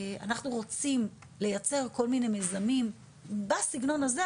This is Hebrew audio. אנחנו רוצים לייצר כל מיני מיזמים בסגנון הזה,